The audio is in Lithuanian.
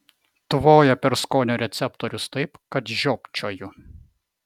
tvoja per skonio receptorius taip kad žiopčioju